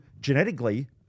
genetically